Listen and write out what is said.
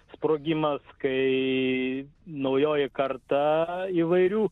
sprogimas kai naujoji karta įvairių